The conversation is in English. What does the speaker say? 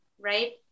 right